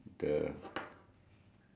uh uh uh m~